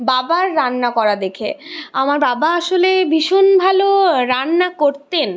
বাবার রান্না করা দেখে আমার বাবা আসলে ভীষণ ভালো রান্না করতেন